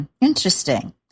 interesting